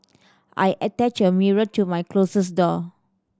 I attached a mirror to my closet door